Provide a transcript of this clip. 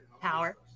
power